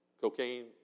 cocaine